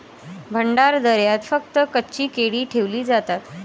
भंडारदऱ्यात फक्त कच्ची केळी ठेवली जातात